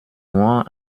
nur